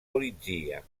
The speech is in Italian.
polizia